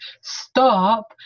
Stop